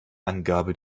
angabe